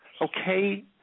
okay